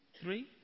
Three